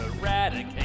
eradicate